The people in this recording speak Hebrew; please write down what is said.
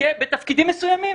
בתפקידים מסוימים.